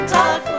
talk